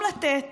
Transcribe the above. ואז, במקום לתת